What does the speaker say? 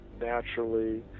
naturally